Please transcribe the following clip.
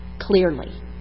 clearly